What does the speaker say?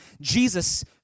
Jesus